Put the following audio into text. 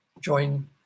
join